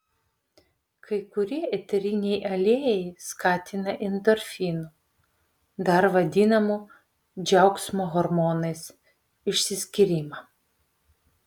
kai kurie eteriniai aliejai skatina endorfinų dar vadinamų džiaugsmo hormonais išsiskyrimą